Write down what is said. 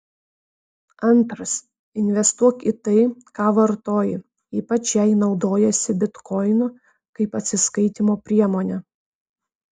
antras investuok į tai ką vartoji ypač jei naudojiesi bitkoinu kaip atsiskaitymo priemone